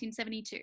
1972